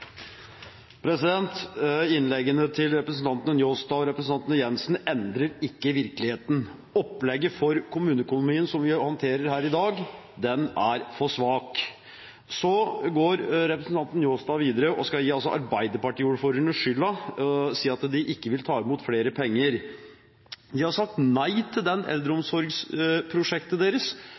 Innleggene til representantene Njåstad og Jenssen endrer ikke virkeligheten. Opplegget for kommuneøkonomien som vi håndterer her i dag, er for svakt. Så går representanten Njåstad videre og gir arbeiderpartiordførerne skylda og sier at de ikke vil ta imot flere penger. De har sagt nei til dette eldreomsorgsprosjektet